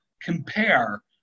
compare